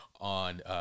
on